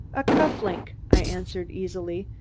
a cuff-link, i answered easily.